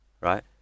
right